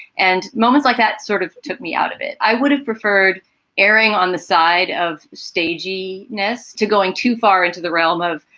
and moments like that sort of took me out of it. i would have preferred erring on the side of stagey ness to going too far into the realm of,